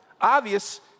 obvious